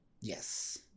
Yes